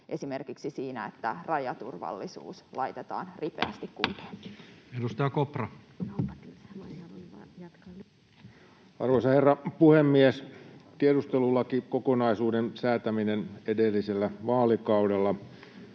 esimerkiksi siinä, että rajaturvallisuus laitetaan ripeästi kuntoon. Edustaja Kopra. Arvoisa herra puhemies! Tiedustelulakikokonaisuuden säätäminen edellisellä vaalikaudella